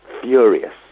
furious